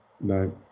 no